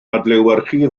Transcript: adlewyrchu